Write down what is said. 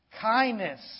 kindness